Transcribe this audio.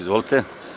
Izvolite.